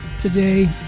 today